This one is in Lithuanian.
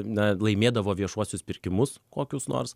na laimėdavo viešuosius pirkimus kokius nors